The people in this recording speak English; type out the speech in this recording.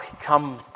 come